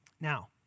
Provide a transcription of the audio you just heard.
Now